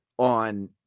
on